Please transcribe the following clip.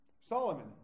Solomon